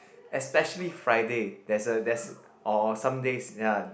especially Friday there's a there's or some days ya